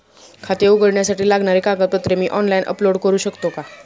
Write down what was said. खाते उघडण्यासाठी लागणारी कागदपत्रे मी ऑनलाइन अपलोड करू शकतो का?